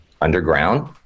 underground